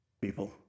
people